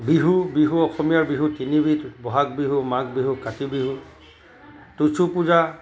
বিহু বিহু অসমীয়াৰ বিহু তিনিবিধ বহাগ বিহু মাঘ বিহু কাতি বিহু তুচু পূজা